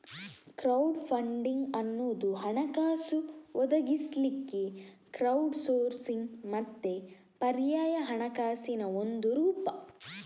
crowd funding ಅನ್ನುದು ಹಣಕಾಸು ಒದಗಿಸ್ಲಿಕ್ಕೆ ಕ್ರೌಡ್ ಸೋರ್ಸಿಂಗ್ ಮತ್ತೆ ಪರ್ಯಾಯ ಹಣಕಾಸಿನ ಒಂದು ರೂಪ